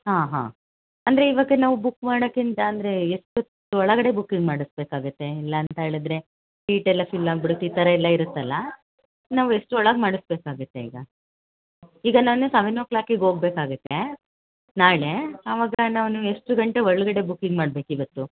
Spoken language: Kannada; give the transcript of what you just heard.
ಹಾಂ ಹಾಂ ಅಂದರೆ ಇವಾಗ ನಾವು ಬುಕ್ ಮಾಡೋಕ್ಕಿಂತ ಅಂದರೆ ಎಷ್ಟೊತ್ತು ಒಳಗಡೆ ಬುಕ್ಕಿಂಗ್ ಮಾಡಿಸಬೇಕಾಗತ್ತೆ ಇಲ್ಲ ಅಂತ ಹೇಳಿದರೆ ಸೀಟ್ ಎಲ್ಲ ಫಿಲ್ ಆಗ್ಬಿಡತ್ತೆ ಈ ಥರ ಎಲ್ಲ ಇರುತ್ತಲ್ಲ ನಾವು ಎಷ್ಟ್ರ ಒಳಗೆ ಮಾಡಿಸ್ಬೇಕಾಗತ್ತೆ ಈಗ ಈಗ ನಾನು ಸೆವೆನ್ ಓ ಕ್ಲಾಕಿಗೆ ಹೋಗ್ಬೇಕಾಗತ್ತೆ ನಾಳೆ ಅವಾಗ ನಾನು ಎಷ್ಟು ಗಂಟೆ ಒಳಗಡೆ ಬುಕ್ಕಿಂಗ್ ಮಾಡ್ಬೇಕು ಇವತ್ತು